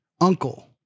Uncle